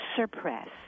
suppress